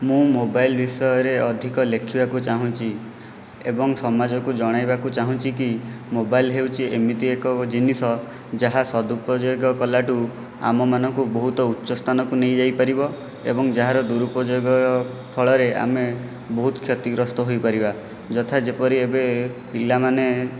ମୁଁ ମୋବାଇଲ ବିଷୟରେ ଅଧିକ ଲେଖିବାକୁ ଚାହୁଁଛି ଏବଂ ସମାଜକୁ ଜଣାଇବାକୁ ଚାହୁଁଛିକି ମୋବାଇଲ ହେଉଛି ଏମିତି ଏକ ଜିନିଷ ଯାହା ସଦୁପଯୋଗ କଲାଠୁ ଆମମାନଙ୍କୁ ବହୁତ ଉଚ୍ଚ ସ୍ଥାନକୁ ନେଇଯାଇପାରିବ ଏବଂ ଯାହାର ଦୁରୁପଯୋଗ ଫଳରେ ଆମେ ବହୁତ କ୍ଷତିଗ୍ରସ୍ତ ହୋଇପାରିବା ଯଥା ଯେପରି ଏବେ ପିଲାମାନେ